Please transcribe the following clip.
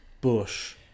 bush